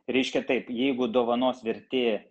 reiškia taip jeigu dovanos vertė